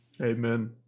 Amen